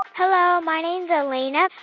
hello, my name's elena.